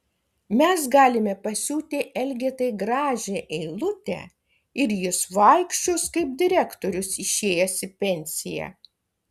mes galime pasiūti elgetai gražią eilutę ir jis vaikščios kaip direktorius išėjęs į pensiją